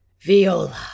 Viola